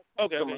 Okay